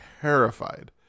terrified